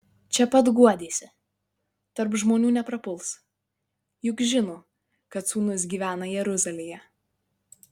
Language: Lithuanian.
čia pat guodėsi tarp žmonių neprapuls juk žino kad sūnus gyvena jeruzalėje